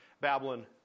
Babylon